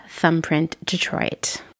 thumbprintdetroit